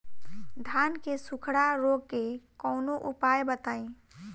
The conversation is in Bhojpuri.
धान के सुखड़ा रोग के कौनोउपाय बताई?